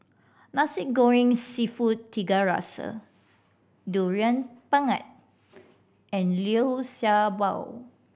Nasi Goreng Seafood Tiga Rasa Durian Pengat and Liu Sha Bao